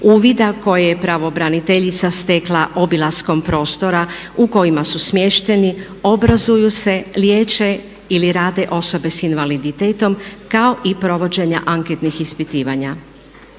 uvida koje je pravobraniteljica stekla obilaskom prostora u kojima su smješteni, obrazuju se, liječe ili rade osobe sa invaliditetom kao i provođenja anketnih ispitivanja.